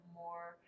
more